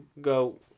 go